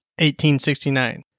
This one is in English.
1869